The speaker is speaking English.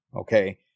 Okay